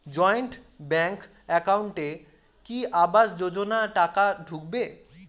Joint bank একাউন্টে কি আবাস যোজনা টাকা ঢুকবে?